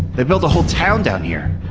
they built the whole town down here.